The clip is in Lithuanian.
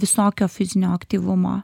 visokio fizinio aktyvumo